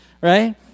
right